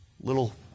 little